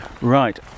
Right